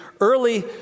early